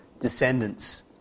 descendants